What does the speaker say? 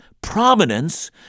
prominence